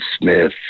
Smith